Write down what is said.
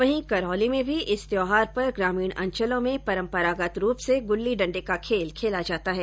वहीं करौली में भी इस त्यौहार पर ग्रामीण अंचलों में परम्परागत रूप से ग्रली डंडे का खेल खेला जाता है